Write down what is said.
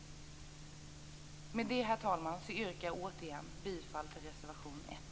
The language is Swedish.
Med det, herr talman, yrkar jag återigen bifall till reservation 1.